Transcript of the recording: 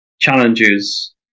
challenges